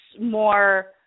more